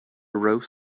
roast